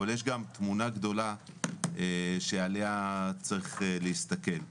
אבל יש גם תמונה גדולה שעליה צריך להסתכל.